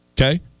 Okay